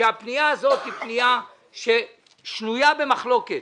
ושהפנייה הזאת שנויה במחלוקת